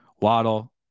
Waddle